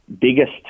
biggest